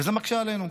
וזה מקשה עלינו.